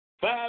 Five